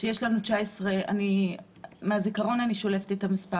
שיש לנו 19,000 פלסטינים אני שולפת את המספר